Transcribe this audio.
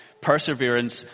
perseverance